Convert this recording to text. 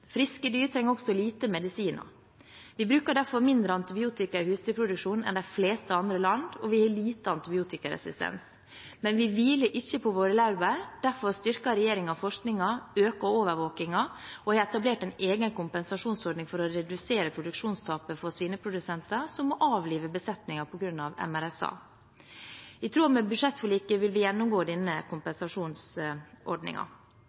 Friske dyr trenger også lite medisiner. Vi bruker derfor mindre antibiotika i husdyrproduksjonen enn de fleste andre land, og vi har lite antibiotikaresistens. Men vi hviler ikke på våre laurbær. Derfor styrker regjeringen forskningen, øker overvåkingen og har etablert en egen kompensasjonsordning for å redusere produksjonstapet for svineprodusenter som må avlive besetningen på grunn av MRSA. I tråd med budsjettforliket vil vi gjennomgå denne